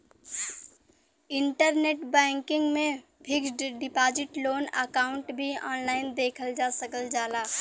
internet banking में fixed deposit loan account भी online देखल जा सकल जाला